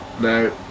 No